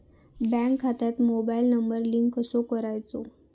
Bank खात्यात mobile number link कसो करायचो?